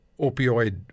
opioid